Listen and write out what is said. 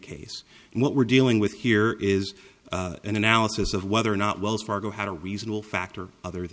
and what we're dealing with here is an analysis of whether or not wells fargo had a reasonable factor other